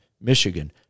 Michigan